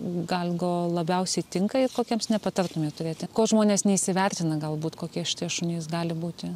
galgo labiausiai tinka ir kokiems nepatartumėt turėti ko žmonės neįsivertina galbūt kokie šitie šunys gali būti